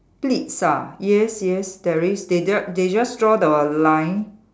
pleats ah yes yes there is they d~ they just draw the line